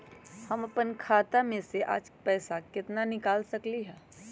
हम अपन खाता में से आज केतना पैसा निकाल सकलि ह?